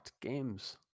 games